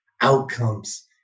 outcomes